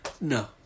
no